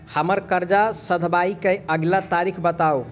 हम्मर कर्जा सधाबई केँ अगिला तारीख बताऊ?